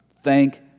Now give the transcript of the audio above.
Thank